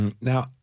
Now